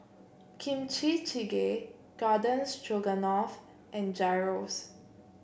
Kimchi Jjigae Garden Stroganoff and Gyros